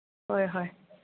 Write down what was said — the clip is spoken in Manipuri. ꯍꯣꯏ ꯍꯣꯏ